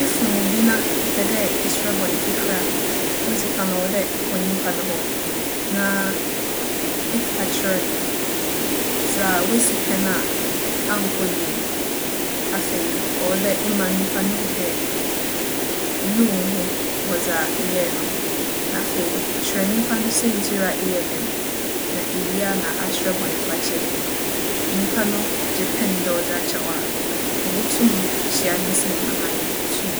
Efom obi na epɛ dɛ eserɛ bͻnfafir a, odzi kan, ͻwͻ dɛ ekͻ nyimpa no hͻ na eka kyerɛ no dza oesi pɛn a annkͻ yie no, afei ͻwͻ dɛ ema nyimpa no hu dɛ enuu woho wͻ dza eyɛe no ho. Na afei, kyerɛ nyimpa no siantsir a eyɛɛ dɛm na iwie a na aserɛ bͻnfakyɛ. Nyimpa no gye pen dɛ ͻdze akyɛ wo a, ibotum ekyia ne nsamu anaa ayɛ no atuu.